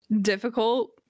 difficult